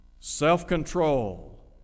Self-control